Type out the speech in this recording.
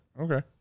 Okay